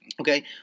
Okay